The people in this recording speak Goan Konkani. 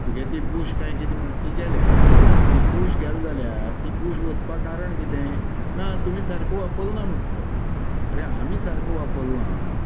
तुगे ती बुश कांय कितें म्हणटा ती गेल्या ती बुश गेलें जाल्यार तीं बुश वचपा कारण कितें ना तुमी सारकें वापरल ना म्हणटा तो अरे आमी सारको वापरलना